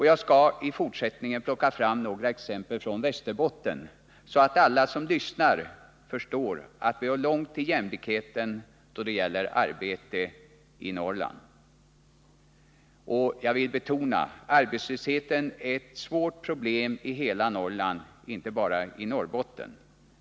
Jag skall i fortsättningen plocka fram några exempel från Västerbotten, så att alla som lyssnar förstår att vi har långt till jämlikheten då det gäller rätten till ett arbete i Norrland. Jag vill betona att arbetslösheten är ett svårt problem i hela Norrland, inte bara i Norrbotten.